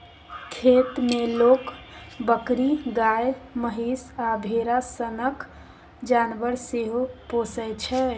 खेत मे लोक बकरी, गाए, महीष आ भेरा सनक जानबर सेहो पोसय छै